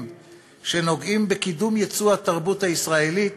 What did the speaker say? שנוגעים בקידום ייצוא התרבות הישראלית